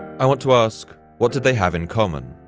i want to ask what did they have in common?